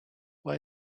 why